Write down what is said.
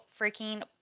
freaking